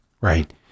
Right